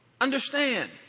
understand